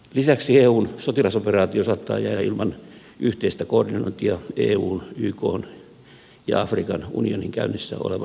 lisäksi eun sotilasoperaatio saattaa jäädä ilman yhteistä koordinointia eun ykn ja afrikan unionin käynnissä olevan avustus ja kehitysyhteistyön kanssa